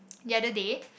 the other day